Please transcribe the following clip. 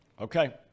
Okay